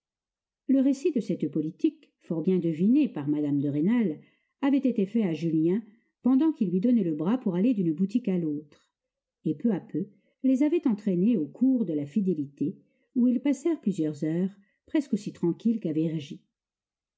le récit de cette politique fort bien devinée par mme de rênal avait été fait à julien pendant qu'il lui donnait le bras pour aller d'une boutique à l'autre et peu à peu les avait entraînés au cours de la fidélité où ils passèrent plusieurs heures presque aussi tranquilles qu'à